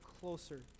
closer